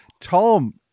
Tom